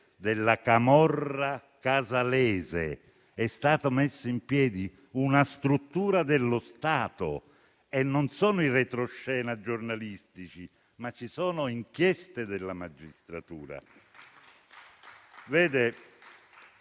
della camorra casalese? Così è stata messa in piedi una struttura dello Stato e non sono i retroscena giornalistici, ma ci sono inchieste della magistratura.